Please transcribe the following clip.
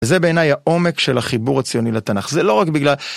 וזה בעיניי העומק של החיבור הציוני לתנ"ך, זה לא רק בגלל...